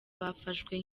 bafashwe